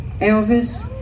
elvis